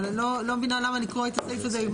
אבל אני לא מבינה למה לקרוא את הסעיף הזה.